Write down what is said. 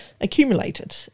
accumulated